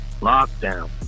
lockdown